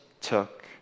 took